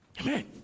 Amen